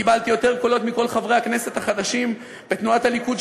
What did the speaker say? קיבלתי יותר קולות מכל חברי הכנסת החדשים בתנועת הליכוד,